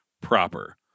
proper